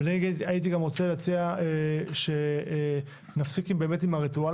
מנגד גם הייתי רוצה להציע שנפסיק עם הריטואל